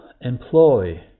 employ